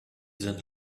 sind